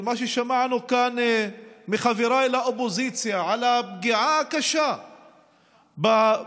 של מה ששמענו כאן מחבריי לאופוזיציה על הפגיעה הקשה בפרטיות